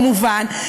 כמובן,